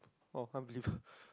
oh unbelievable